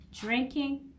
drinking